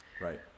Right